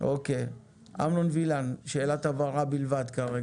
אבשלום וילן, שאלת הבהרה, בבקשה.